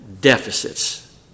deficits